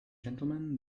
gentlemen